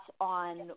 on